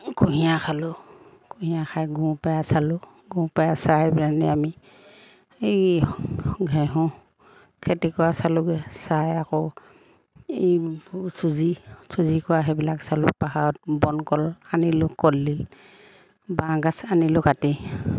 কুঁহিয়াৰ খালোঁ কুঁহিয়াৰ খাই গুৰ পেৰা চালোঁ গুৰ পেৰা চাই পেলাইনি আমি এই ঘেঁহু খেতি কৰা চালোঁগৈ চাই আকৌ এই চুজি চুজি কৰা সেইবিলাক চালোঁ পাহৰত বনকল আনিলোঁ কলডিল বাঁহগাজ আনিলোঁ কাটি